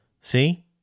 See